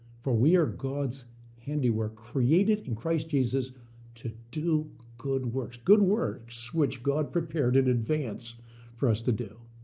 for we are god's handiwork created in christ jesus to do good works, good works which god prepared in advance for us to do.